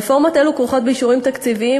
רפורמות אלו כרוכות באישורים תקציביים,